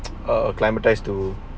err climatized to